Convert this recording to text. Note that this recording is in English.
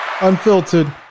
unfiltered